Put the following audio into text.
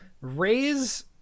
raise